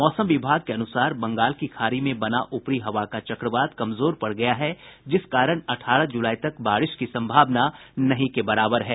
मौसम विभाग के अुनसार बंगाल की खाड़ी में बना ऊपरी हवा का चक्रवात कमजोर पड़ गया है जिस कारण अठारह जुलाई तक बारिश की सम्भावना नहीं के बराबर है